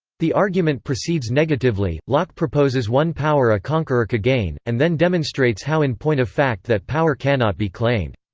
the argument proceeds negatively locke proposes one power a conqueror could gain, and then demonstrates how in point of fact that power cannot be claimed.